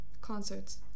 concerts